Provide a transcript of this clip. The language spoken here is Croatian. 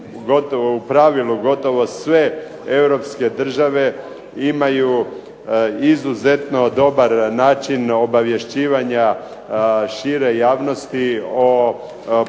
u pravilu gotovo sve europske države imaju izuzetno dobar način obavješćivanja šire javnosti o problemima